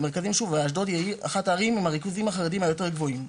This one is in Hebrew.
אשדוד היא אחת הערים עם הריכוזים החרדיים היותר גבוהים.